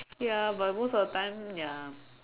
ya but most of the time ya